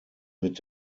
mit